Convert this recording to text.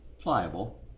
Pliable